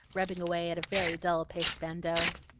rubbing away at a very dull paste bandeau.